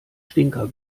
stinker